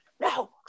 No